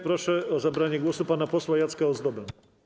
Proszę o zabranie głosu pana posła Jacka Ozdobę.